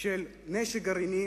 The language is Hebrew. של נשק גרעיני